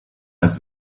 ist